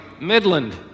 Midland